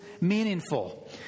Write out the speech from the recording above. meaningful